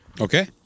Okay